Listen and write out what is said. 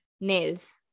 nails